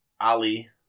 Ali